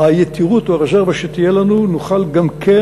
היתירוּת או הרזרבה שתהיה לנו נוכל גם כן